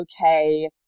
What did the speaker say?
okay